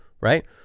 right